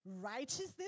Righteousness